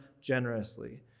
generously